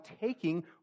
taking